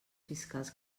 fiscals